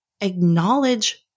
acknowledge